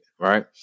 right